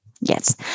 Yes